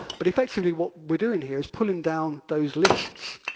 but if actually what we're doing here is pulling down those lists,